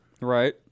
Right